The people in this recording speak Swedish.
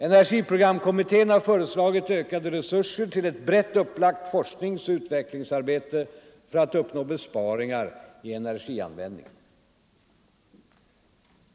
Energiprogramkommittén har föreslagit ökade resurser till ett brett upplagt forsknings-och utvecklingsarbete för att uppnå besparingar i energianvändningen.